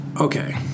okay